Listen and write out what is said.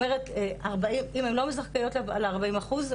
אם הן לא זכאיות ל-40 אחוז,